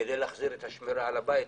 כדי להחזיר את השמירה על הבית,